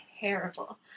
terrible